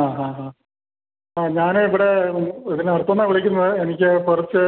ആ അ അ അ ഞാൻ ഇവിടെ ഇതിന് അടുത്ത് നിന്നാണ് വിളിക്കുന്നത് എനിക്ക് കുറച്ച്